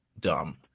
dumb